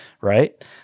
right